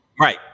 right